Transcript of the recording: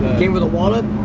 came with a wallet,